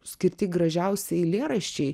skirti gražiausi eilėraščiai